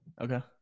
okay